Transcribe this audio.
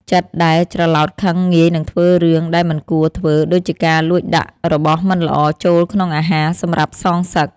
ចិត្តដែលច្រឡោតខឹងងាយនឹងធ្វើរឿងដែលមិនគួរធ្វើដូចជាការលួចដាក់របស់មិនល្អចូលក្នុងអាហារសម្រាប់សងសឹក។